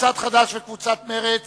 לקבוצת חד"ש וקבוצת מרצ